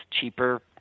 cheaper